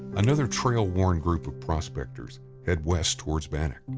another trail worn group of prospectors head west towards bannack.